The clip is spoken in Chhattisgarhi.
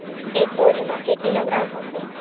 एक बोरी म के किलोग्राम होथे?